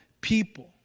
people